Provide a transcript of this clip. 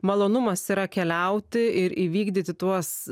malonumas yra keliauti ir įvykdyti tuos